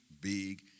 big